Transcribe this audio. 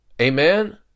Amen